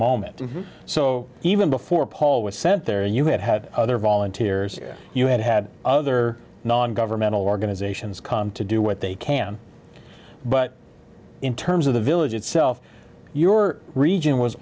moment so even before paul was sent there you had had other volunteers you had had other non governmental organizations come to do what they can but in terms of the village itself your region was